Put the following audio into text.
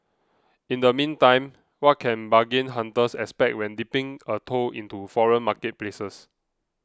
in the meantime what can bargain hunters expect when dipping a toe into foreign marketplaces